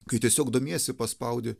kai tiesiog domiesi paspaudi